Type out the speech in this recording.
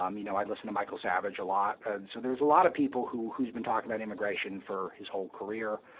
um you know, i'd listen to michael savage a lot so there was a lot of people who's been talking about immigration for his whole career.